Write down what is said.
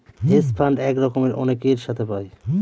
hedge fund এক রকমের অনেকের সাথে পায়